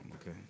okay